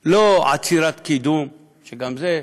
לא עצירת קידום, שגם זה,